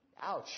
Ouch